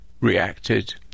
reacted